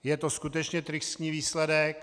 Je to skutečně tristní výsledek.